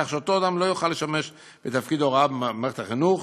כך שאותו אדם לא יוכל לשמש בתפקיד הוראה במערכת החינוך,